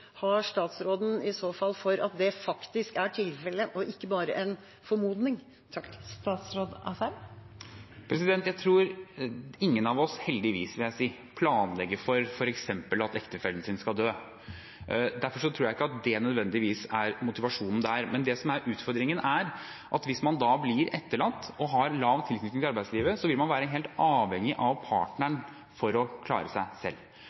har statsråden i så fall for at det faktisk er tilfellet, og ikke bare en formodning? Jeg tror ingen av oss, heldigvis, vil jeg si, planlegger for f.eks. at ektefellen skal dø. Derfor tror jeg ikke det nødvendigvis er motivasjonen, men utfordringen, hvis man blir etterlatt og har lav tilknytning til arbeidslivet, er at man vil være helt avhengig av partneren for å klare seg selv.